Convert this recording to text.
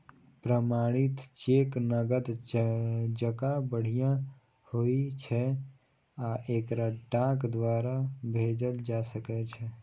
प्रमाणित चेक नकद जकां बढ़िया होइ छै आ एकरा डाक द्वारा भेजल जा सकै छै